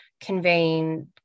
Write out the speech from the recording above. conveying